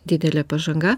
didelė pažanga